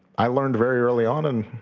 i learned very early on and